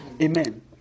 Amen